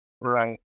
right